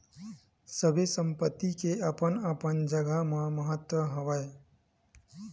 सबे संपत्ति के अपन अपन जघा म महत्ता हवय